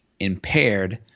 Impaired